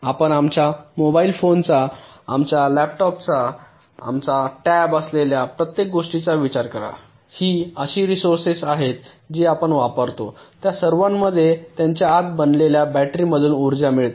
आपण आमच्या मोबाइल फोनचा आमच्या लॅपटॉपचा आमचा टॅब असलेल्या प्रत्येक गोष्टीचा विचार करा ही अशी रिसोर्सेस आहेत जी आपण वापरतो त्या सर्वांमध्ये त्याच्या आत बनलेल्या बॅटरीमधून उर्जा मिळते